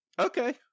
Okay